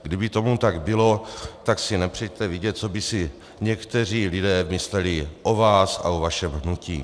Kdyby tomu tak bylo, tak si nepřejte vědět, co by si někteří lidé mysleli o vás a o vašem hnutí.